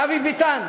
דוד ביטן.